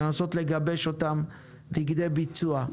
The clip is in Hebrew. לנסות לגבש אותם לכדי ביצוע.